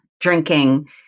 drinking